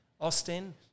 Austin